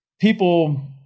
People